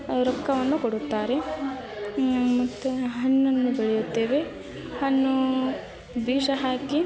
ರೊಕ್ಕವನ್ನು ಕೊಡುತ್ತಾರೆ ಮತ್ತು ಹಣ್ಣನ್ನು ಬೆಳೆಯುತ್ತೇವೆ ಹಣ್ಣು ಬೀಜ ಹಾಕಿ